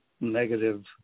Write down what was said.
negative